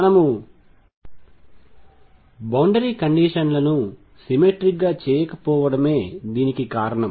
మనము బౌండరీ కండిషన్లను సిమెట్రిక్ గా చేయకపోవడమే దీనికి కారణం